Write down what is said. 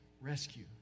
rescue